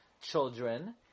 children